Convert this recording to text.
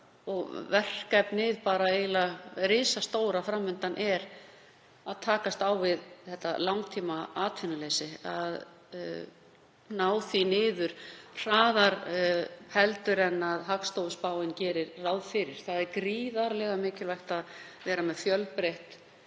og það er eiginlega risastórt fram undan, að takast á við langtímaatvinnuleysi og ná því niður hraðar en Hagstofuspáin gerir ráð fyrir. Það er gríðarlega mikilvægt að vera með fjölbreytt